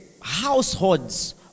households